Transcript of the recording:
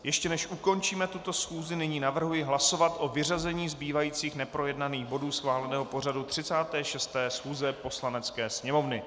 Ještě než ukončíme tuto schůzi, nyní navrhuji hlasovat o vyřazení zbývajících neprojednaných bodů schváleného pořadu 36. schůze Poslanecké sněmovny.